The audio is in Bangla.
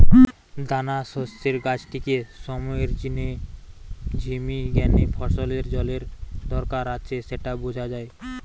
দানাশস্যের গাছটিকে সময়ের জিনে ঝিমি গ্যানে ফসলের জলের দরকার আছে স্যাটা বুঝা যায়